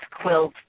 quilt